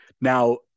Now